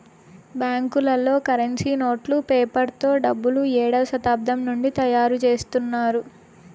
బ్యాంకులలో కరెన్సీ నోట్లు పేపర్ తో డబ్బులు ఏడవ శతాబ్దం నుండి తయారుచేత్తున్నారు